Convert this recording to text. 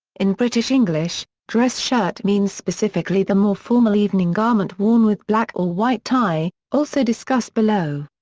in british english, dress shirt means specifically the more formal evening garment worn with black or white tie, also discussed below.